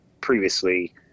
previously